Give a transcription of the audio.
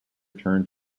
turned